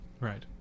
Right